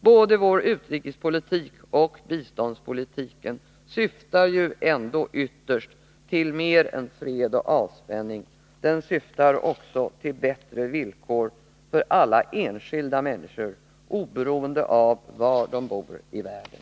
Både vår utrikespolitik och vår biståndspolitik syftar ju ändå ytterst till mer än fred och avspänning — de syftar också till bättre villkor för alla enskilda människor, oberoende av var de bor i världen.